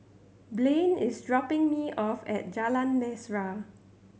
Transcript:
Blane is dropping me off at Jalan Mesra